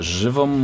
żywą